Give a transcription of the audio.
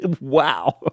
Wow